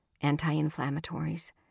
anti-inflammatories